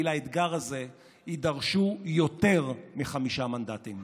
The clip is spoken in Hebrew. כי לאתגר הזה יידרשו יותר מחמישה מנדטים.